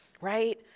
right